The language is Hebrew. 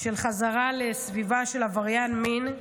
של חזרה לסביבה של עבריין מין,